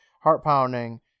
heart-pounding